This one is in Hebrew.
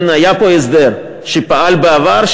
היה פה הסדר שפעל בעבר,